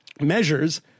measures